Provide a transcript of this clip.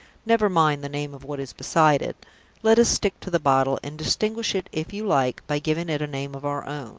never mind the name of what is beside it let us stick to the bottle, and distinguish it, if you like, by giving it a name of our own.